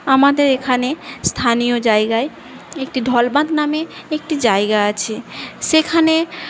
আমাদের এখানে স্থানীয় জায়গায় একটি ঢলবাঁধ নামে একটি জায়গা আছে সেখানে